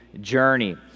journey